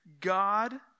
God